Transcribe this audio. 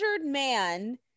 man